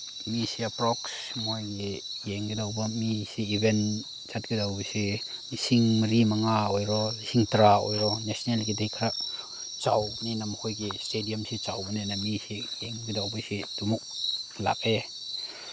ꯃꯤꯁꯦ ꯑꯦꯄ꯭ꯔꯣꯛꯁ ꯃꯣꯏꯒꯤ ꯌꯦꯡꯒꯗꯧꯕ ꯃꯤꯁꯤ ꯏꯚꯦꯟ ꯆꯠꯀꯗꯧꯕꯁꯤ ꯂꯤꯁꯤꯡ ꯃꯔꯤ ꯃꯉꯥ ꯑꯣꯏꯔꯣ ꯂꯤꯁꯤꯡ ꯇꯔꯥ ꯑꯣꯏꯔꯣ ꯅꯦꯁꯅꯦꯜꯒꯤꯗꯤ ꯈꯔ ꯆꯥꯎꯕꯅꯤꯅ ꯃꯈꯣꯏꯒꯤ ꯏꯁꯇꯦꯗꯤꯌꯝꯁꯦ ꯆꯥꯎꯕꯅꯤꯅ ꯃꯤꯁꯤ ꯌꯦꯡꯒꯗꯧꯕꯁꯤ ꯑꯗꯨꯃꯨꯛ ꯂꯥꯛꯑꯦ